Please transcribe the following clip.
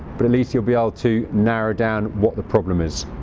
but at least you'll be able to narrow down what the problem is.